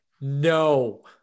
no